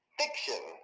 fiction